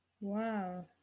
Wow